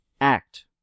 act